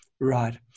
Right